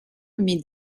mit